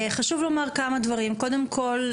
חשוב לומר כמה דברים: קודם כול,